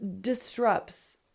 disrupts